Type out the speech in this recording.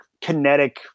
kinetic